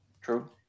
True